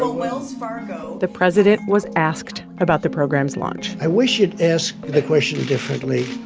ah wells fargo. the president was asked about the program's launch i wish you'd ask the question differently.